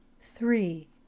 Three